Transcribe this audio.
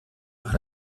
par